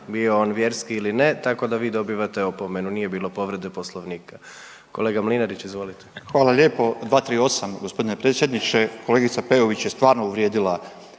bio on vjerski ili ne tako da vi dobivate opomenu, nije bilo povrede Poslovnika. Kolega Mlinarić, izvolite. **Mlinarić, Stipo (DP)** Hvala lijepo. 238., gospodine predsjedniče kolegica Peović je stvarno uvrijedila